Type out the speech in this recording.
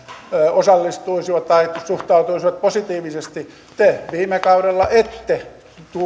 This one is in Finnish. osallistuisivat tai suhtautuisivat positiivisesti te viime kaudella ette